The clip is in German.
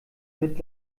mit